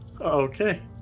Okay